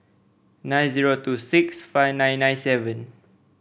nine zero two six five nine nine seven